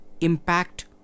impact